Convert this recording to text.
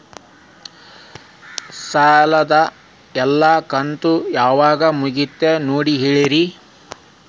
ಸಾಲದ ಎಲ್ಲಾ ಕಂತು ಯಾವಾಗ ಮುಗಿತಾವ ನೋಡಿ ಹೇಳ್ರಿ